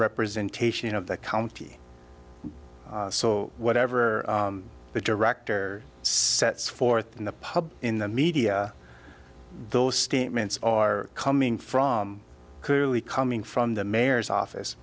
representation of the county so whatever the director sets forth in the pub in the media those statements are coming from clearly coming from the mayor's office